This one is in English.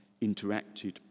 interacted